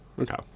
Okay